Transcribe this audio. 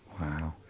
Wow